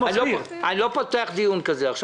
אני לא פותח דיון כזה עכשיו.